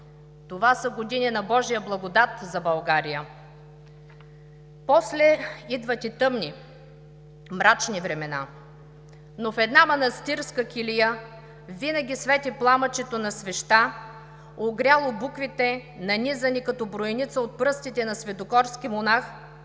Това са години на божия благодат за България. После идват и тъмни, мрачни времена. Но в една манастирска килия винаги свети пламъчето на свещта, огряло буквите, нанизани като броеница от пръстите на светогорски монах,